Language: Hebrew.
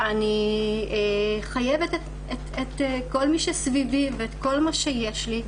אני חייבת את כל מי שסביבי ואת כל מה שיש לי.